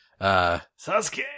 Sasuke